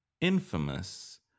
infamous